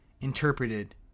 interpreted